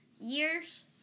years